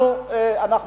אנחנו נתמוך.